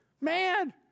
man